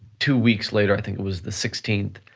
two weeks later, i think it was the sixteenth,